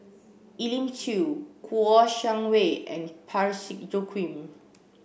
Elim Chew Kouo Shang Wei and Parsick Joaquim